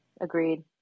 agreed